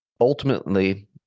Ultimately